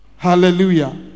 Hallelujah